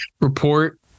report